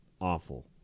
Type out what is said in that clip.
awful